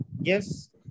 Yes